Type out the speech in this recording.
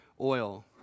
oil